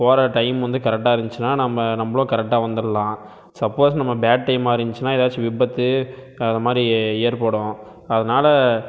போகிற டைம் வந்து கரெக்ட்டாருந்துச்சுன்னா நம்ம நம்மளும் கரெக்ட்டாக வந்துடலாம் சப்போஸ் நம்ம பேட் டைம்மாருந்துச்சுன்னா ஏதாச்சும் விபத்து அது மாதிரி ஏற்படும் அதனால